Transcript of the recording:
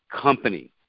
company